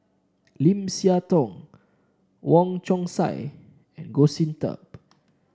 Lim Siah Tong Wong Chong Sai and Goh Sin Tub